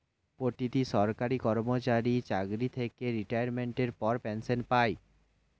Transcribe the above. প্রতিটি সরকারি কর্মচারী চাকরি থেকে রিটায়ারমেন্টের পর পেনশন পায়